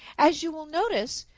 as you will notice,